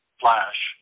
flash